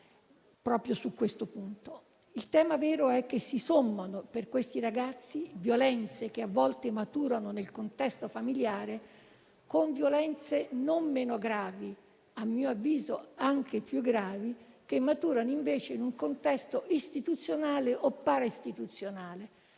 Il tema vero è che si sommano, ai danni di questi ragazzi, violenze che a volte maturano nel contesto familiare a violenze non meno gravi - a mio avviso anche più gravi - che maturano in un contesto istituzionale o para-istituzionale,